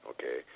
Okay